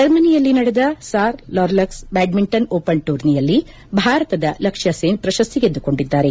ಜರ್ಮನಿಯಲ್ಲಿ ನಡೆದ Saarlorlux ಬಾಡ್ಡಿಂಟನ್ open ಟೂರ್ನಿಯಲ್ಲಿ ಭಾರತದ ಲಕ್ಷ್ಯಸೇನ್ ಪ್ರಶಸ್ತಿ ಗೆದ್ದುಕೊಂಡಿದ್ದಾರೆ